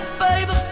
baby